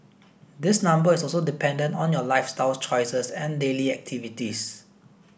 this number is also dependent on your lifestyle choices and daily activities